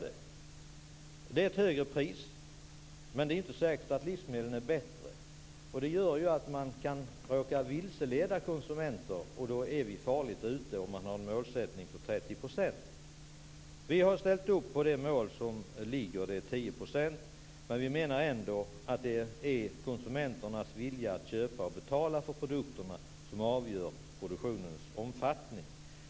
Det blir då ett högre pris men det är inte säkert att livsmedlen för den skull är bättre. Det gör att man kan råka vilseleda konsumenter. Om målsättningen är 30 % ekologisk odling är vi farligt ute. Vi har ställt upp på det mål som föreligger, nämligen 10 %. Vi menar ändå att det är konsumenternas vilja att köpa och betala för produkterna som avgör produktionens omfattning.